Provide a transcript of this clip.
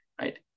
right